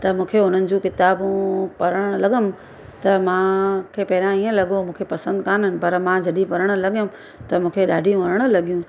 त मूंखे उन्हनि जी किताबूं पढ़णु लॻमि त मां खे पहिरियां इअं लॻो मूंखे पसंदि कान्हनि पर मां जॾहिं पढ़णु लॻियमि त मूंखे ॾाढियूं वणण लॻियूं